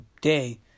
day